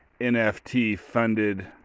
NFT-funded